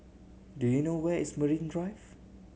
do you know where is Marine Drive